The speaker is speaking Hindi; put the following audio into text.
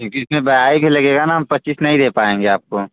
क्योंकि इसमें भी लगेगा ना हम पच्चीस नहीं दे पाएंगे आपको